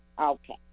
Okay